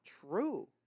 true